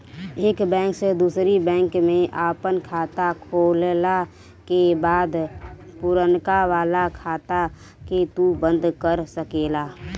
एक बैंक से दूसरी बैंक में आपन खाता खोलला के बाद पुरनका वाला खाता के तू बंद कर सकेला